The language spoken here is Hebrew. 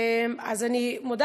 אז אני מודה.